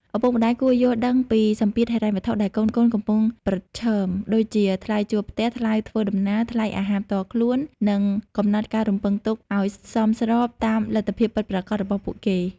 ឪពុកម្ដាយគួរយល់ដឹងពីសម្ពាធហិរញ្ញវត្ថុដែលកូនៗកំពុងប្រឈម ដូចជាថ្លៃជួលផ្ទះ ថ្លៃធ្វើដំណើរ ថ្លៃអាហារផ្ទាល់ខ្លួន និងកំណត់ការរំពឹងទុកឱ្យសមស្របតាមលទ្ធភាពពិតប្រាកដរបស់ពួកគេ។